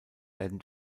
werden